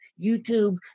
YouTube